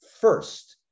first